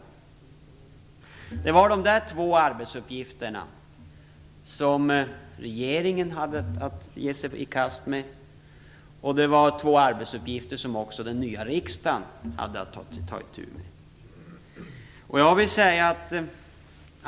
Detta var de två arbetsuppgifter som regeringen och även den nya riksdagen hade att ge sig i kast med.